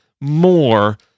more